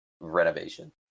renovation